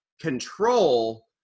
control